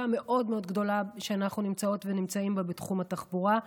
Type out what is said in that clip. המאוד-מאוד גדולה שאנחנו נמצאות ונמצאים בה בתחום התחבורה,